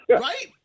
Right